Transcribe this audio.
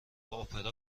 اپرا